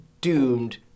doomed